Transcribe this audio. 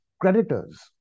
creditors